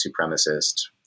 supremacist